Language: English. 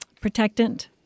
protectant